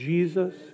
Jesus